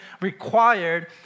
required